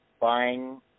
buying